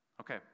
Okay